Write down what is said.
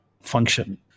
function